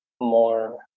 more